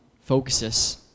focuses